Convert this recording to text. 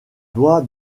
doit